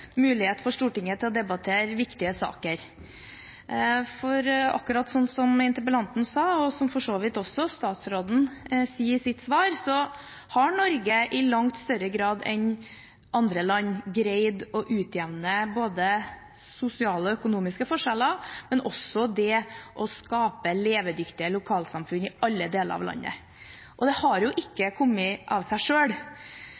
så vidt også statsråden sa i sitt svar, har Norge i langt større grad enn andre land greid å utjevne både sosiale og økonomiske forskjeller og også å skape levedyktige lokalsamfunn i alle deler av landet. Det har